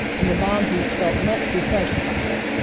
and the bobbseys felt much refreshed by it.